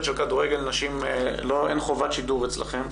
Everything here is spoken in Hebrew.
של כדורגל נשים אין חובת שידור אצלכם?